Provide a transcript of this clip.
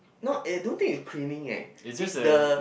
not eh don't think it's cleaning eh is the